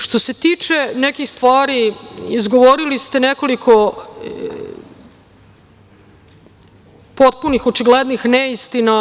Što se tiče nekih stvari, izgovorili ste nekoliko potpunih, očiglednih neistina.